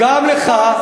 גם לך,